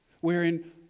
wherein